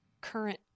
current